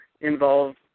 involve